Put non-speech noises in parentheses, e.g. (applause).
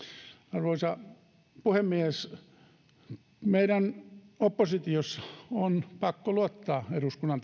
arvoisa puhemies oppositiossa meidän on pakko luottaa eduskunnan (unintelligible)